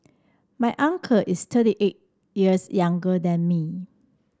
my uncle is thirty eight years younger than me